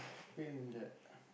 pain in the